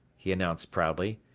he announced proudly,